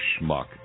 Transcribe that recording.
schmuck